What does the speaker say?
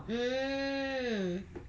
mm